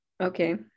Okay